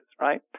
right